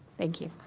thank you.